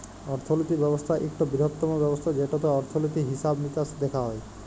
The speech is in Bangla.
অর্থলিতি ব্যবস্থা ইকট বিরহত্তম ব্যবস্থা যেটতে অর্থলিতি, হিসাব মিকাস দ্যাখা হয়